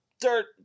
Dirt